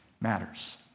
matters